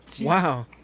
Wow